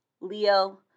Leo